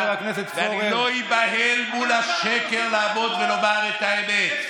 ואני לא איבהל לעמוד מול השקר ולומר את האמת.